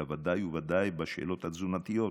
אלא ודאי וּודאי בשאלות התזונתיות,